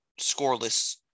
scoreless